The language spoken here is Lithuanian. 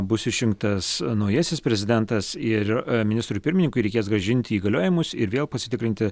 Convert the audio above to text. bus išrinktas naujasis prezidentas ir ministrui pirmininkui reikės grąžinti įgaliojimus ir vėl pasitikrinti